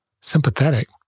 sympathetic